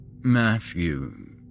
Matthew